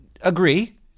agree